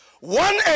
One